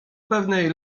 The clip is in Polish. pewnej